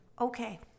Okay